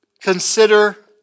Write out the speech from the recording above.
consider